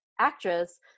actress